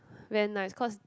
very nice cause